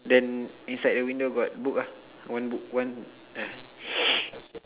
then inside the window got book ah one book one ah